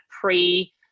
pre